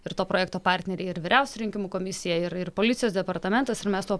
ir to projekto partneriai ir vyriausioji rinkimų komisija ir ir policijos departamentas ir mes tuo